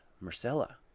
Marcella